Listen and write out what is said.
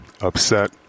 upset